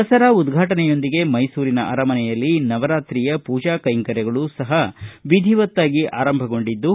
ದಸರಾ ಉದ್ವಾಟನೆಯೊಂದಿಗೆ ಮೈಸೂರಿನ ಅರಮನೆಯಲ್ಲಿ ನವರಾತ್ರಿಯ ಪೂಜಾ ಕೈಂಕರ್ಯಗಳು ಸಹ ವಿಧಿವತ್ತಾಗಿ ಆರಂಭಗೊಂಡಿದ್ದು